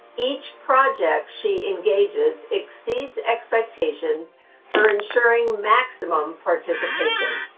each project she engages exceeds expectations for ensuring maximum participation.